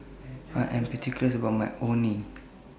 I Am particulars about My Orh Nee